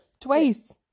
twice